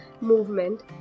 movement